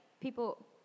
people